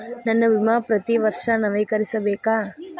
ನನ್ನ ವಿಮಾ ಪ್ರತಿ ವರ್ಷಾ ನವೇಕರಿಸಬೇಕಾ?